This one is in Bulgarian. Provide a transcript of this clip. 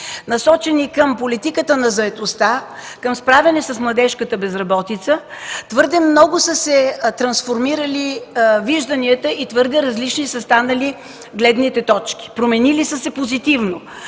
насочени към политиката на заетостта, към справяне с младежката безработица, твърде много са се трансформирали вижданията и твърде различни са станали гледните точки – променили са се позитивно,